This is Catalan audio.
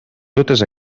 totes